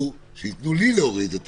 שייתנו לי להוריד.